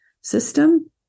system